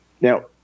Now